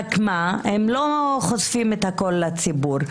רק מה, הם לא חושפים הכול לציבור.